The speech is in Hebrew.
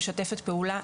משתפת פעולה,